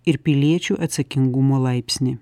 ir piliečių atsakingumo laipsnį